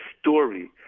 story